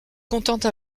contente